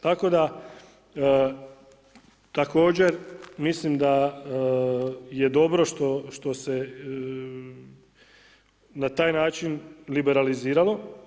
Tako da također mislim da je dobro što se na taj način liberaliziralo.